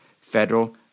federal